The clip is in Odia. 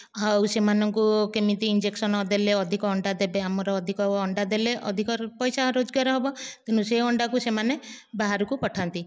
ଆଉ ସେମାନଙ୍କୁ କେମିତି ଇଞ୍ଜେକ୍ସନ ଦେଲେ ଅଧିକ ଅଣ୍ଡା ଦେବେ ଆମର ଅଧିକ ଅଣ୍ଡା ଦେଲେ ଅଧିକ ପଇସା ରୋଜଗାର ହେବ ତେଣୁ ସେ ଅଣ୍ଡା କୁ ସେମାନେ ବାହାରକୁ ପଠାନ୍ତି